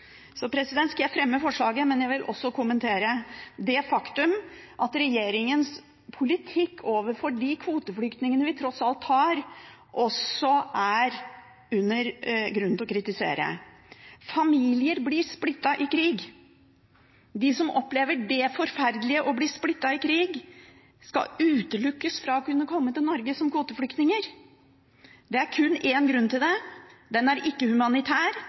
skal jeg fremme forslaget, men jeg vil også kommentere det faktum at regjeringens politikk overfor de kvoteflyktningene vi tross alt har, er det grunn til å kritisere. Familier blir splittet i krig. De som opplever det forferdelige å bli splittet i krig, skal utelukkes fra å komme til Norge som kvoteflyktninger. Det er kun én grunn til det. Den er ikke humanitær,